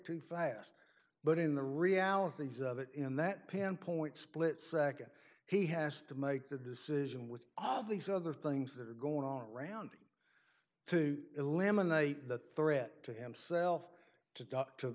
too fast but in the realities of it in that pinpoint split second he has to make the decision with all these other things that are going on around him to eliminate the threat to himself to talk to